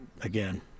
again